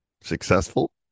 successful